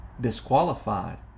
disqualified